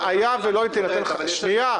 קיש, שנייה.